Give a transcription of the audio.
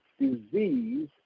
disease